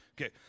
Okay